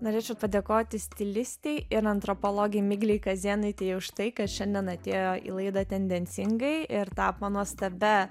norėčiau padėkoti stilistei ir antropologė miglei kazėnaitei už tai kad šiandien atėjo į laidą tendencingai ir tapo nuostabia